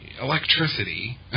electricity